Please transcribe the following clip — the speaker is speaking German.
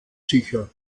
sicher